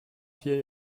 hier